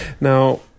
Now